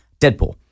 Deadpool